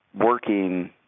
working